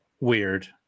weird